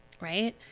right